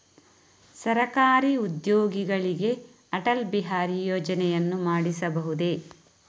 ಸರಕಾರಿ ಉದ್ಯೋಗಿಗಳಿಗೆ ಅಟಲ್ ಬಿಹಾರಿ ಯೋಜನೆಯನ್ನು ಮಾಡಿಸಬಹುದೇ?